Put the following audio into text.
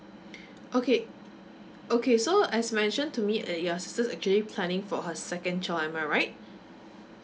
okay okay so as mentioned to me that your sisters actually planning for her second child am I right